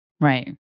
Right